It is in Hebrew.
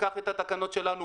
לקח את התקנות שלנו,